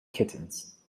kittens